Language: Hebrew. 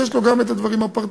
יש לו גם הדברים הפרטניים,